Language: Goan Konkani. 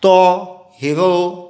तो हिरो